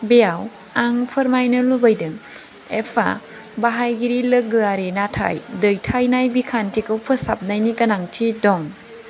बेयाव आं फोरमायनो लुबैदों एफा बाहायगिरि लोगोआरि नाथाय दैथायनाय बिखान्थिखौ फोसाबनायनि गोनांथि दं